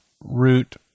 Root